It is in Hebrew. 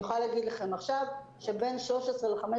אני יכולה להגיד לכם עכשיו שלבין 13 ל-15